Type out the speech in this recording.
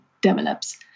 develops